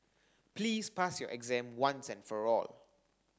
please pass your exam once and for all